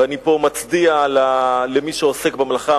ופה אני מצדיע למי שעוסק במלאכה,